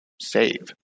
save